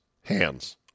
hands